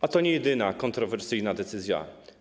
A to niejedyna kontrowersyjna decyzja.